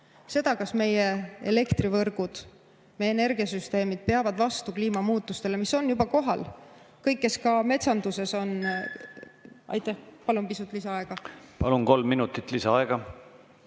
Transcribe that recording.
Kas meie elektrivõrgud ja energiasüsteemid peavad vastu kliimamuutustele, mis on juba kohal? Kõik, kes on metsanduses [tegevad] ... Palun pisut lisaaega. Palun, kolm minutit lisaaega!